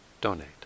donate